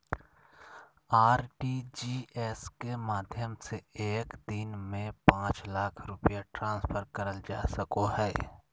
RTGS के माध्यम से एक दिन में पांच लाख रुपया ट्रांसफर करल जा सको हय